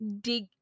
dig